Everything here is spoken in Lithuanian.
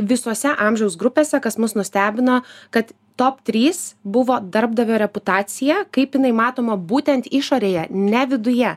visose amžiaus grupėse kas mus nustebino kad top trys buvo darbdavio reputacija kaip jinai matoma būtent išorėje ne viduje